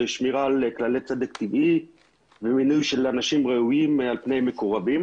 שמירה על כללי צדק טבעי ומינוי של אנשים ראויים על פני מקורבים.